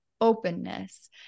openness